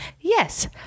Yes